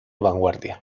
vanguardia